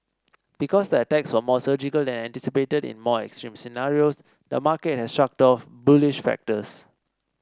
because the attacks were more surgical than anticipated in more extreme scenarios the market has shrugged off bullish factors